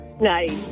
Nice